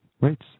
Rates